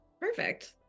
Perfect